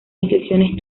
inscripciones